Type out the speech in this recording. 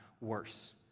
worse